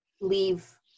leave